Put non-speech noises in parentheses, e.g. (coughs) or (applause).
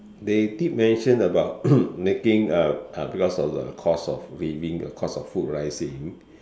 they did mention about (coughs) making a a because of the cost of living the cost of food rising